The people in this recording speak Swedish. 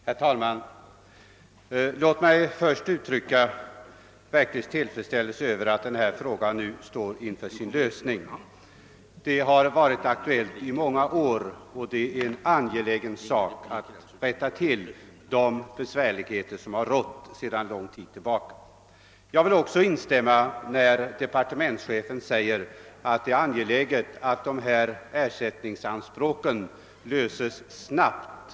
Herr talman! Låt mig först få uttrycka verklig tillfredsställelse över att denna fråga nu står inför sin lösning. Den har varit aktuell i många år, och det är angeläget att undanröja de missförhållanden som rått sedan en lång tid tillbaka. Jag vill också instämma i departementschefens uttalande att det är viktigt att ersättningsanspråken i framtiden behandlas snabbt.